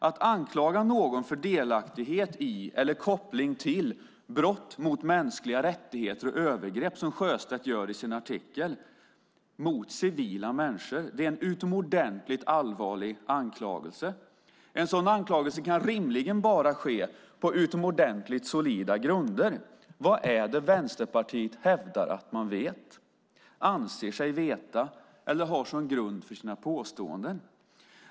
Att anklaga någon för delaktighet i eller koppling till brott mot mänskliga rättigheter och övergrepp mot civila människor, som Sjöstedt gör i sin artikel, är utomordentligt allvarligt. En sådan anklagelse kan rimligen bara ske på utomordentligt solida grunder. Vad är det Vänsterpartiet hävdar att man vet, anser sig veta eller har som grund för sina påståenden?